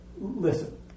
Listen